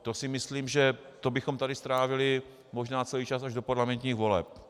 To si myslím, že to bychom tady strávili možná celý čas až do parlamentních voleb.